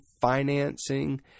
financing